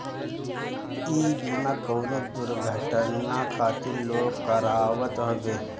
इ बीमा कवनो दुर्घटना खातिर लोग करावत हवे